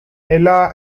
ella